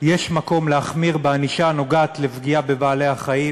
"יש מקום להחמיר בענישה הנוגעת לפגיעה בבעלי-החיים,